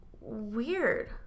weird